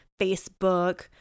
Facebook